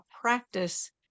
practice